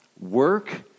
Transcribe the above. Work